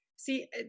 See